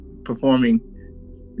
performing